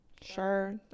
Sure